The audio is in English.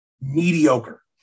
mediocre